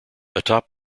atop